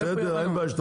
אין בעיה.